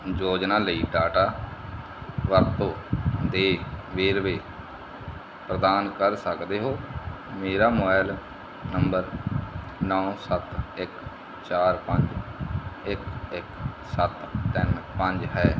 ਯੋਜਨਾ ਲਈ ਡਾਟਾ ਵਰਤੋਂ ਦੇ ਵੇਰਵੇ ਪ੍ਰਦਾਨ ਕਰ ਸਕਦੇ ਹੋ ਮੇਰਾ ਮੋਬੈਲ ਨੰਬਰ ਨੌਂ ਸੱਤ ਇੱਕ ਚਾਰ ਪੰਜ ਇੱਕ ਇੱਕ ਸੱਤ ਤਿੰਨ ਪੰਜ ਹੈ